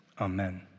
Amen